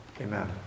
Amen